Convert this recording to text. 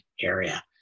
area